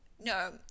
no